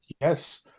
Yes